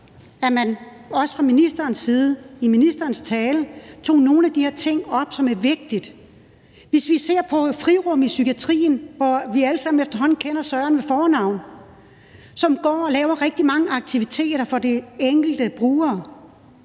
at man også fra ministerens side i talen tog nogle af de her ting op, som er vigtige. Hvis vi ser på »Frirum i psykiatrien«, hvor vi alle sammen efterhånden kender Søren ved fornavn, som går og laver rigtig mange aktiviteter for de enkelte brugere,